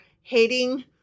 hating